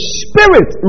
spirit